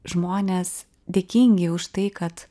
žmonės dėkingi už tai kad